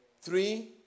Three